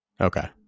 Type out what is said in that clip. Okay